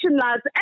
lads